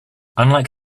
unlike